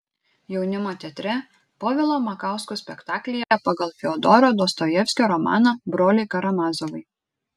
jaunimo teatre povilo makausko spektaklyje pagal fiodoro dostojevskio romaną broliai karamazovai